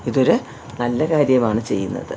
ഇതൊരു നല്ല കാര്യമാണ് ചെയ്യുന്നത്